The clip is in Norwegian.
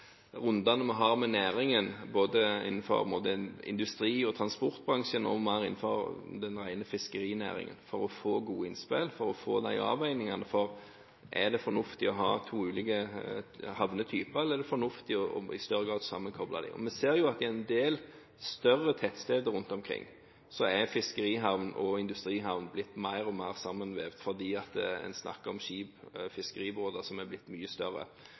rundene vi har med næringen innenfor både industri- og transportbransjen og innenfor den mer rene fiskerinæringen, for å få gode innspill og for å få de avveiningene for om det er fornuftig å ha to ulike havnetyper, eller om det i større grad er fornuftig å sammenkoble dem. Vi ser jo at i en del større tettsteder rundt omkring er fiskerihavn og industrihavn blitt mer og mer sammenvevd, fordi en snakker om skip – fiskebåter – som er blitt mye større.